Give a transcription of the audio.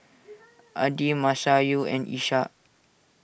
Adi Masayu and Ishak